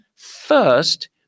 First